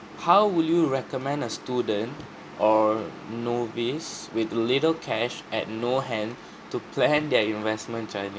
how will you recommend a student or novice with little cash at no hand to plan their investment journey